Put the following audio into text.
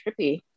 trippy